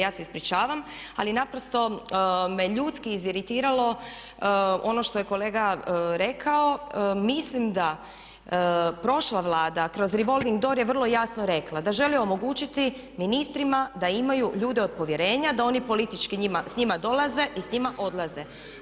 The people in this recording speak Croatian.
Ja se ispričavam ali naprosto me ljudski iziritiralo ono što je kolega rekao, mislim da prošla Vlada kroz revolving door je vrlo jasno rekla da želi omogućiti ministrima da imaju ljude od povjerenja, da oni politički s njima dolaze i s njima odlaze.